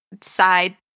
side